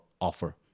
offer